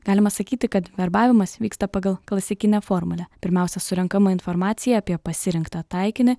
galima sakyti kad verbavimas vyksta pagal klasikinę formulę pirmiausia surenkama informacija apie pasirinktą taikinį